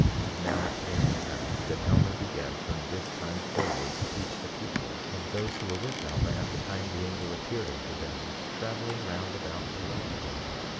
and now it came to pass that alma began from this time forward to teach the people, and those who were with alma at the time the angel appeared unto them, traveling round about through all the land,